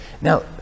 Now